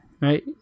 Right